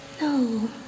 No